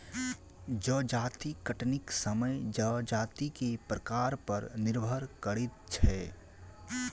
जजाति कटनीक समय जजाति के प्रकार पर निर्भर करैत छै